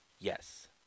yes